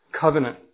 Covenant